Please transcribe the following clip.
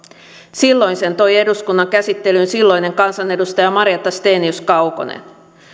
silloin sen toi eduskunnan käsittelyyn silloinen kansanedustaja marjatta stenius kaukonen